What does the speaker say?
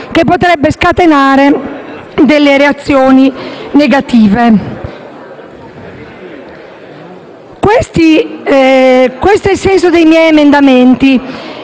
che potrebbe scatenare reazioni negative. Questo è il senso dei miei emendamenti